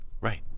right